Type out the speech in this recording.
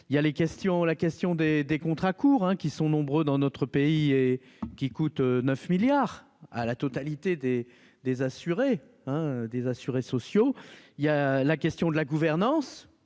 la question des des contrats courts, qui sont nombreux dans notre pays et qui coûte 9 milliards à la totalité des des assurés, hein, des assurés sociaux, il y a la question de la gouvernance